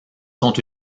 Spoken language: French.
sont